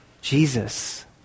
Jesus